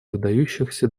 выдающихся